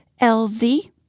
LZ